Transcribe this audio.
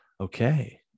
okay